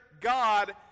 God